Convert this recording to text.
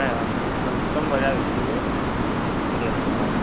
કંઈ વાંધો નહીં ભલે સોમવારે આવી જજો બરોબર ભલે ભલે હાલો